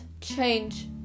change